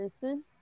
person